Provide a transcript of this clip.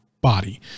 body